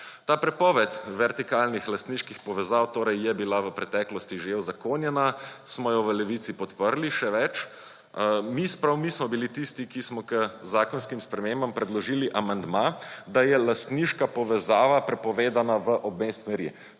Ta prepoved vertikalnih lastniških povez torej je bila v preteklosti že uzakonjena, smo jo v Levici podprli, še več. Prav mi smo bili tisti, ki smo k zakonskim spremembam predložili amandma, da je lastniška povezava prepovedana v obeh smeri,